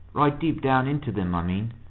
right deep down into them, i mean,